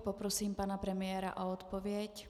Poprosím pana premiéra o odpověď.